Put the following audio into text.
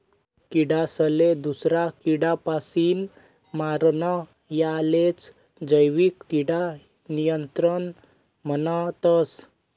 किडासले दूसरा किडापासीन मारानं यालेच जैविक किडा नियंत्रण म्हणतस